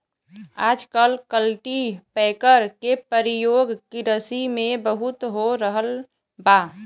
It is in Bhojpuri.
आजकल कल्टीपैकर के परियोग किरसी में बहुत हो रहल बा